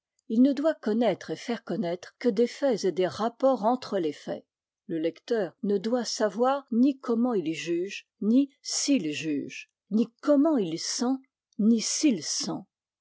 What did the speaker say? il ne doit connaître et faire connaître que des faits et des rapports entre les faits le lecteur ne doit savoir ni comment il juge ni s'il juge ni comment il sent ni s'il